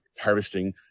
harvesting